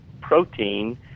protein